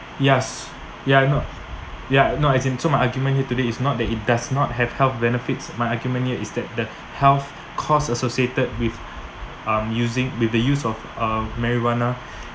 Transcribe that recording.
yes ya no ya no as in so my argument here today is not that it does not have health benefits my argument here is that the health costs associated with um using with the use of uh marijuana